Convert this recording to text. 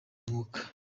umwuka